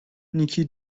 نیکی